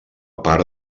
part